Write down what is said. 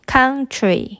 Country